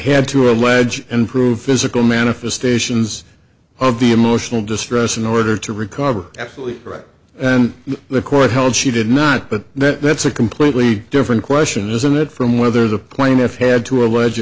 had to allege and prove physical manifestations of the emotional distress in order to recover absolutely right and the court held she did not but that's a completely different question isn't it from whether the plaintiff had to allege